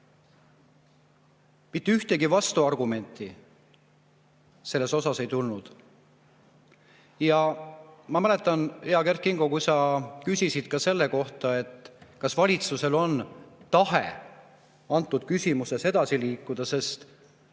Mitte ühtegi vastuargumenti selle kohta ei tulnud. Ma mäletan, hea Kert Kingo, kui sa küsisid ka selle kohta, kas valitsusel on tahe antud küsimuses edasi liikuda, sest